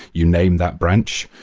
you name that branch.